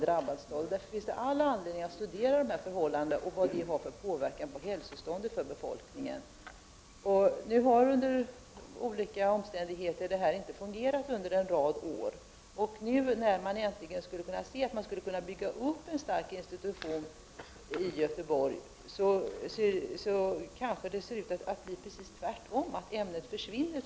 Därför finns det all anledning att studera förhållandena där och vad de har för inverkan på hälsotillståndet för befolkningen. På grund av olika omständigheter har det här inte fungerat under en rad år, och nu när man ser att man äntligen skulle kunna bygga upp en stark institution i Göteborg kanske ämnet tvärtom i stället försvinner!